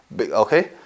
Okay